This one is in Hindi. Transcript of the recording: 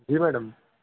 जी मैडम